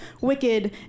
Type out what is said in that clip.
wicked